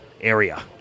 area